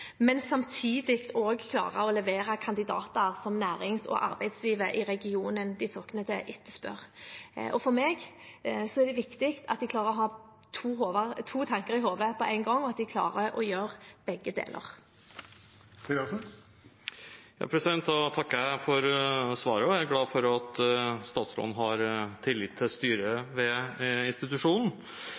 men samtidig også klare å levere kandidater som nærings- og arbeidslivet i regionen de sogner til, etterspør. For meg er det viktig at de klarer å ha to tanker i hodet på en gang, at de klarer å gjøre begge deler. Jeg takker for svaret og er glad for at statsråden har tillit til styret ved institusjonen.